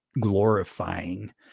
glorifying